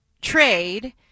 trade